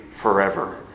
forever